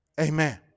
Amen